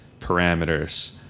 parameters